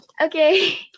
Okay